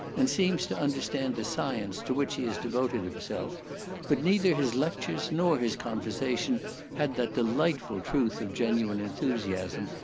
and seems to understand the science to which he has devoted himself but neither his lectures nor his conversation had that delightful truth of genuine enthusiasm,